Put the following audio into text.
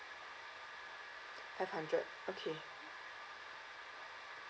five hundred okay